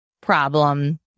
problem